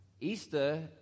Easter